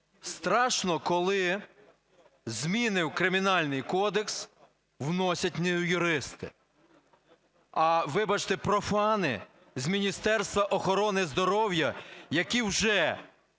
Страшно, коли зміни в Кримінальний кодекс вносять не юристи, а, вибачте, профани з Міністерства охорони здоров'я, які вже